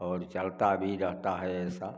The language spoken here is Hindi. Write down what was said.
और चलता भी रहता है ऐसा